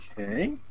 Okay